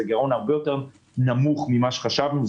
זה גירעון הרבה יותר נמוך ממה שחשבנו.